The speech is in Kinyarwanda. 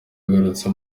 yagarutse